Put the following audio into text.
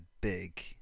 big